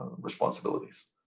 responsibilities